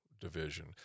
division